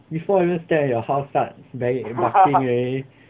before even step in your house start bailey barking already